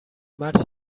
مرد